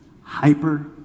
hyper